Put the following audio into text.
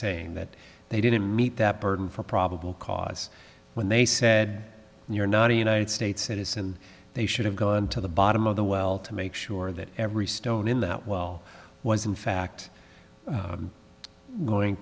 saying that they didn't meet that burden for probable cause when they said you're not a united states citizen they should have gone to the bottom of the well to make sure that every stone in that well was in fact going